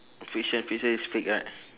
fiction fiction is fake right